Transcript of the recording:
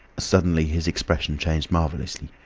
suddenly his expression changed marvellously.